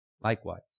Likewise